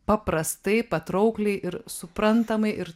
paprastai patraukliai ir suprantamai ir